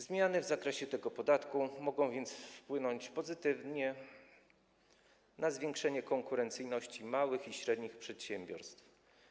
Zmiany w zakresie tego podatku mogą więc wpłynąć pozytywnie na zwiększenie konkurencyjności małych i średnich przedsiębiorstw.